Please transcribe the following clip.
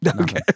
Okay